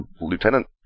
lieutenant